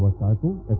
michael